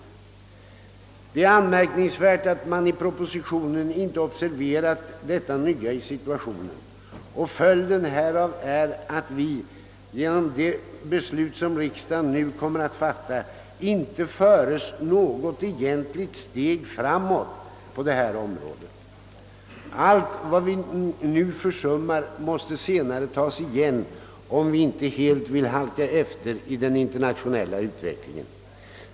Det är anmärkningsvärt att man i propositionen inte har observerat det nya i situationen, och följden härav är att vi genom det beslut riksdagen nu kommer att fatta inte förs något egentligt steg framåt på detta område. Allt vad vi nu försummat måste senare tas igen, om vi inte helt vill halka efter i den internationella utvecklingen.